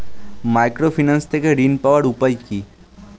Microfinance থেকে ঋণ পাওয়ার উপায় কি?